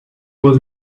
was